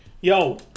yo